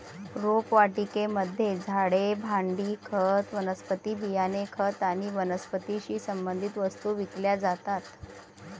रोपवाटिकेमध्ये झाडे, भांडी, खत, वनस्पती बियाणे, खत आणि वनस्पतीशी संबंधित वस्तू विकल्या जातात